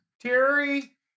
Terry